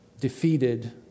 defeated